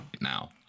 now